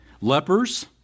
Lepers